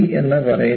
ഇന്ന് പറയുന്നു